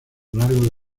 largo